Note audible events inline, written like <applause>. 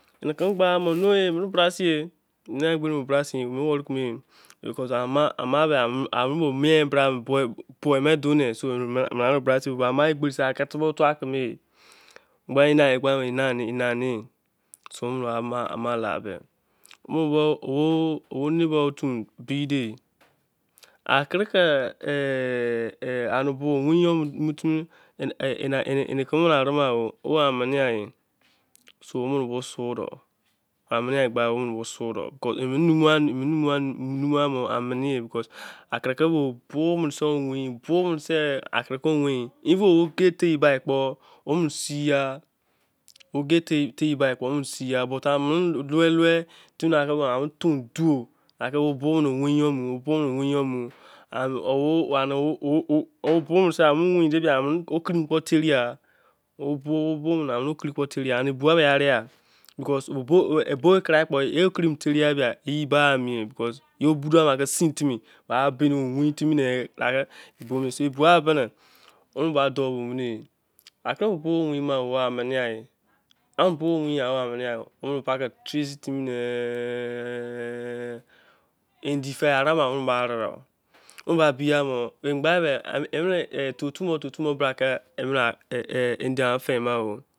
Me keme gvo emene brasin. erhene wory coma. pma doo men enoene bra. boi me. doo ne gba mene bra. enene-eyi o neighour otu dede ekire-ke ane-vuru. yor matu mitim. sou nwr. oni swode. ege fey buy kpo boiy kpe ferr-i-ya. kpa trace fimi <unintelligible>